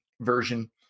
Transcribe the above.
version